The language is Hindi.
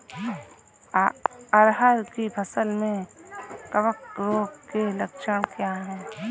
अरहर की फसल में कवक रोग के लक्षण क्या है?